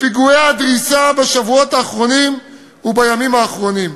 לפיגועי הדריסה בשבועות האחרונים ובימים האחרונים.